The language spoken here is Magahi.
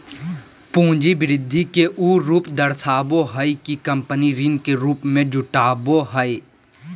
पूंजी वृद्धि के उ रूप दर्शाबो हइ कि कंपनी ऋण के रूप में जुटाबो हइ